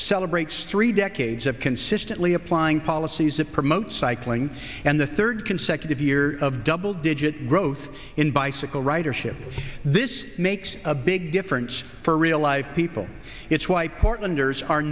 celebrates three decades of consistently applying policies to promote cycling and the third consecutive year of double digit growth in bicycle ridership this makes a big difference for real life people it's why portlanders are